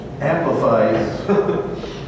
amplifies